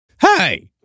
Hey